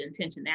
intentionality